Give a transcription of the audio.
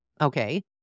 Okay